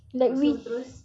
like we